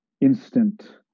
instant